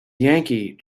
yankee